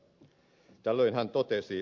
tällöin hän totesi